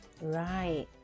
Right